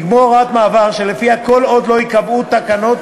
נקבעה הוראת מעבר שלפיה כל עוד לא ייקבעו תקנות